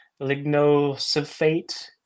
lignosulfate